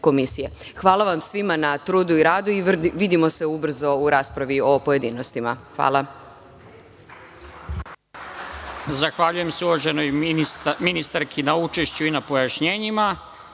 vam svima na trudu i radu i vidimo se ubrzo u raspravi o pojedinostima.